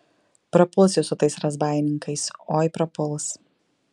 prapuls jis su tais razbaininkais oi prapuls